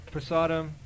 Prasadam